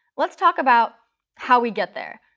let's talk about how we get there,